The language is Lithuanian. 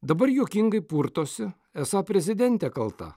dabar juokingai purtosi esą prezidentė kalta